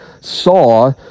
saw